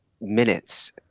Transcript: minutes